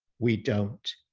we don't.